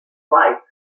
rice